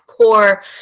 poor